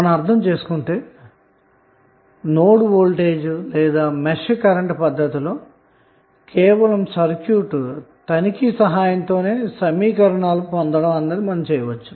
మనం అర్థం చేసుకొంటేనోడ్ వోల్టేజ్ లేదా మెష్ కరెంటు పద్ధతిలో కేవలం సర్క్యూట్ తనిఖీ సహాయంతోనే సమీకరణాలను పొందవచ్చు